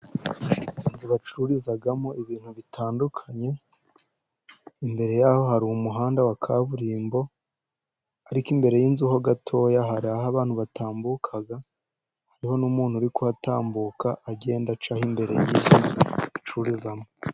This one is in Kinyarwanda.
Inzu bacururizamo ibintu bitandukanye imbere yaho hari umuhanda wa kaburimbo, ariko imbere y'inzu ho gatoya hari aho abantu batambuka, hariho n'umuntu uri gutambuka agenda acaho imbere yicururizamo.